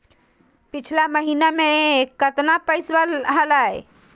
पिछला महीना मे कतना पैसवा हलय?